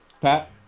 Pat